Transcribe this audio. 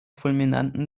fulminanten